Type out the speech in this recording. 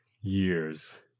years